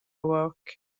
work